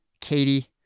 Katie